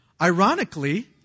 Ironically